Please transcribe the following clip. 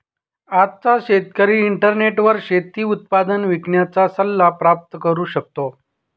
आजचा शेतकरी इंटरनेटवर शेती उत्पादन विकण्याचा सल्ला प्राप्त करू शकतो